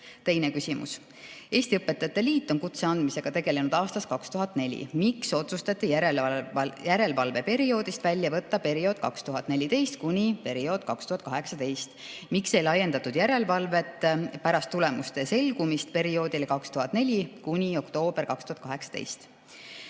Teine küsimus: "Eesti Õpetajate Liit on kutse andmisega tegelenud aastast 2014. Miks otsustati järelevalve perioodist välja jätta periood 2014 kuni oktoober 2018? Miks ei laiendatud järelevalvet pärast tulemuste selgumist perioodile 2014 kuni oktoober 2018?"